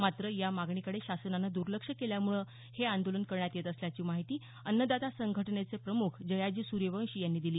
मात्र या मागणीकडे शासनानं दुर्लक्ष केल्यामुळं हे आंदोलन करण्यात येत असल्याची माहिती अन्नदाता संघटनेचे प्रमुख जयाजी सूर्यवंशी यांनी दिली